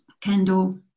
Kendall